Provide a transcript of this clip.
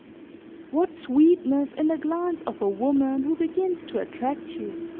what sweetness in the glance of a woman who begins to attract you!